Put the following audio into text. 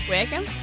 Welcome